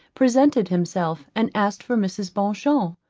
presented himself, and asked for mrs. beauchamp.